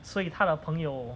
所以他的朋友